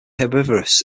herbivorous